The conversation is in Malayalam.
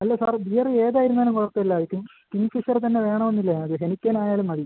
അല്ല സാർ ബിയറ് ഏതായിരുന്നാലും കുഴപ്പമില്ലായിരിക്കും കിങ് ഫിഷറ് തന്നെ വേണമെന്നില്ല ഞങ്ങൾക്ക് ഹെലിക്കനായാലും മതി